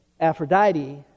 Aphrodite